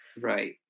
Right